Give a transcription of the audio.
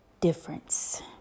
difference